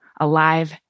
alive